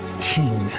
King